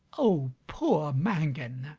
oh, poor mangan!